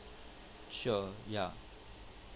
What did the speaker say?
sure ya